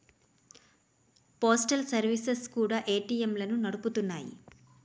postal services కూడా ఏటీఎంలను నడుపుతున్నాయి